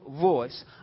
voice